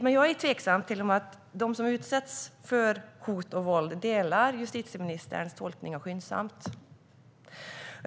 Men jag är tveksam till om de som utsätts för hot och våld delar justitieministerns tolkning av vad som är skyndsamt.